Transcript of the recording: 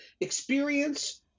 experience